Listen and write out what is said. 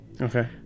Okay